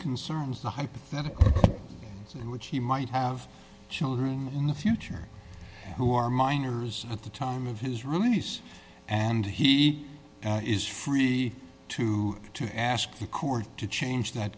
concerns the hypothetical in which he might have children in the future who are minors at the time of his release and he is free to to ask the court to change that